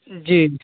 جی